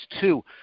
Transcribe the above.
two